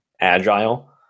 agile